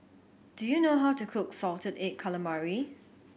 do you know how to cook salted egg calamari